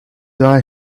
die